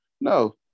No